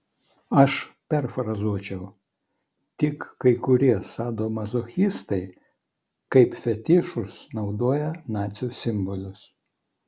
aš perfrazuočiau tik kai kurie sadomazochistai kaip fetišus naudoja nacių simbolius